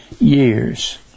years